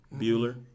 Bueller